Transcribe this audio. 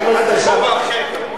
בכובע אחר.